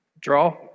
draw